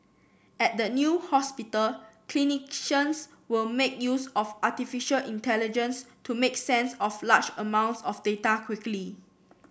at the new hospital clinicians will make use of artificial intelligence to make sense of large amounts of data quickly